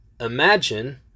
imagine